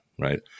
right